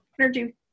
energy